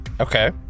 Okay